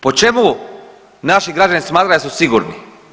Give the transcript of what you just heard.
Po čemu naši građani smatraju da su sigurni?